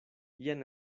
jen